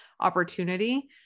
opportunity